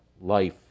life